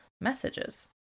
messages